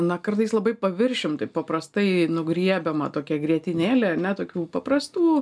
na kartais labai paviršium taip paprastai nugriebiama tokia grietinėlė ar ne tokių paprastų